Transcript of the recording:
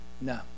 No